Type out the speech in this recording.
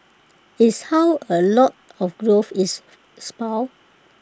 is how A lot of growth is spurred